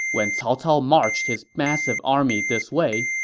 when cao cao marched his massive army this way,